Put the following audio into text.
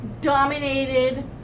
dominated